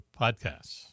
Podcasts